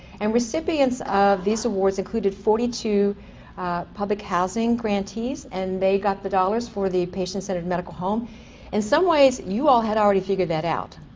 and recipients of these awards included forty two public housing grantees and they got the dollars for the patient centered medical home and in some ways you all had already figured that out.